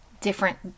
different